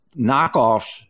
knockoffs